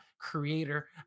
creator